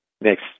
next